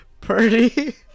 Purdy